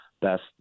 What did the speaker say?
best